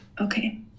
Okay